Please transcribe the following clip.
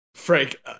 Frank